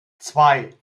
zwei